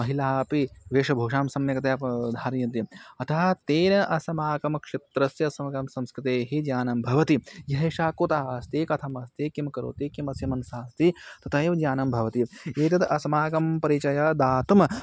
महिलाः अपि वेषभूषां सम्यक्तया धारयन्ति अतः तेन अस्माकं क्षेत्रस्य अस्माकं संस्कृते हि ज्ञानं भवति एषा कुतः अस्ति कथमस्ति किं करोति किम् अस्य मनसि अस्ति तथा एव ज्ञानं भवति एतद् अस्माकं परिचयं दातुं